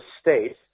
state